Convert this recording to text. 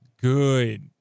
good